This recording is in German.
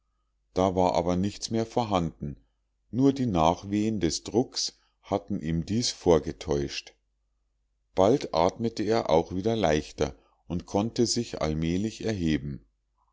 da war aber nichts mehr vorhanden nur die nachwehen des drucks hatten ihm dies vorgetäuscht bald atmete er auch wieder leichter und konnte sich allmählich erheben